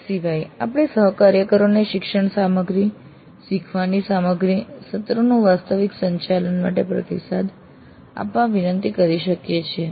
તે સિવાય આપણે સહકાર્યકરોને શિક્ષણ સામગ્રી શીખવાની સામગ્રી સત્રોનું વાસ્તવિક સંચાલન માટે પ્રતિસાદ આપવા વિનંતી કરી શકીએ છીએ